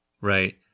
Right